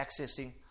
accessing